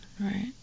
right